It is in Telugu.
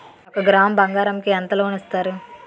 ఒక గ్రాము బంగారం కి ఎంత లోన్ ఇస్తారు?